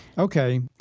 ok.